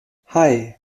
hei